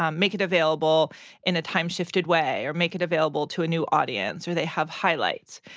um make it available in a time-shifted way, or make it available to a new audience, or they have highlights.